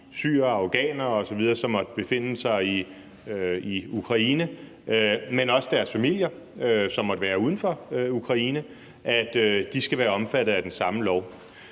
syrere og afghanere osv., som måtte befinde sig i Ukraine, men også deres familier, som måtte være uden for Ukraine, skal være omfattet af den samme lov.